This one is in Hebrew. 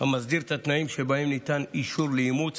מסדיר את התנאים שבהם ניתן אישור לאימוץ